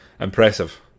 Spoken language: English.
Impressive